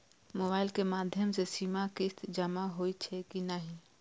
Mobile के माध्यम से सीमा किस्त जमा होई छै कि नहिं?